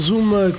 uma